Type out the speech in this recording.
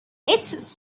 its